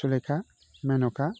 Sulekha Menkha